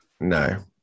No